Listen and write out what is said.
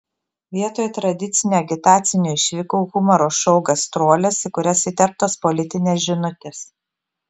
vietoj tradicinių agitacinių išvykų humoro šou gastrolės į kurias įterptos politinės žinutės